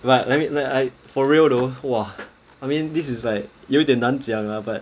but like me like I for real though !wah! I mean this is like 有一点难讲 lah but